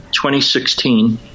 2016